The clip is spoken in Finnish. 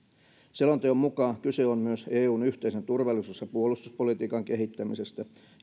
selonteon mukaan kyse on myös eun yhteisen turvallisuus ja puolustuspolitiikan kehittämisestä